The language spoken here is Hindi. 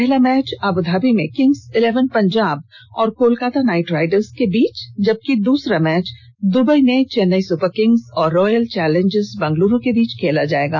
पहला मैच अबुधाबी में किंग्स इलेवन पंजाब और कोलकाता नाइट राइडर्स के बीच तथा द्रसरा मैच दबई में चेन्नई सुपरकिंग्स और रॉयल चौलेंजर्स बंगलौर के बीच खेला जाएगा